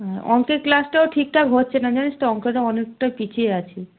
হুম অঙ্কের ক্লাসটাও ঠিকঠাক হচ্ছে না জানিস তো অঙ্কটা অনেকটা পিছিয়ে আছি